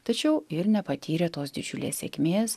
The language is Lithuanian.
tačiau ir nepatyrė tos didžiulės sėkmės